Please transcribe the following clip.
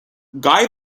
guy